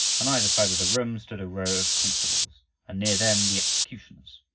on either side of the room stood a row of constables and near them the executioners.